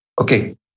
Okay